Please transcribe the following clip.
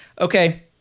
Okay